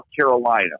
Carolina